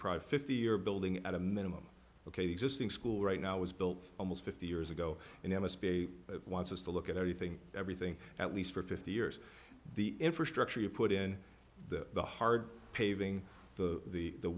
pride fifty or building at a minimum ok the existing school right now was built almost fifty years ago and there must be a it wants us to look at everything everything at least for fifty years the infrastructure you put in the the hard paving the the the